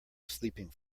sleeping